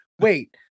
wait